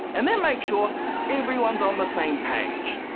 and then make sure everyone's on the same page.